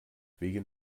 wegen